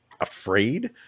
afraid